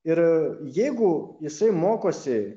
ir jeigu jisai mokosi